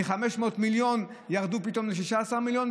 שמ-500 מיליונים ירדו פתאום ל-16 מיליון,